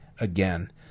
again